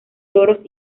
loros